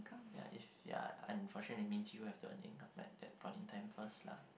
ya if ya unfortunately means you have to earn at the point in time first lah